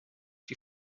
die